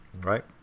right